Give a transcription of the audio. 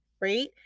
right